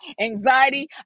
Anxiety